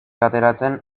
ateratzen